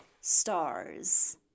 stars